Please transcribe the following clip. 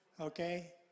Okay